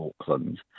Auckland